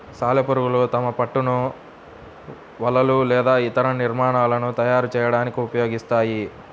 సాలెపురుగులు తమ పట్టును వలలు లేదా ఇతర నిర్మాణాలను తయారు చేయడానికి ఉపయోగిస్తాయి